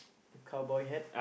cowboy hat